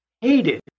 hated